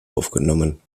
aufgenommen